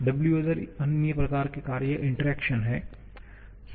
Wotherअन्य प्रकार के कार्य इंटरेक्शन है